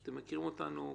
אתם מכירים אותנו,